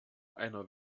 einer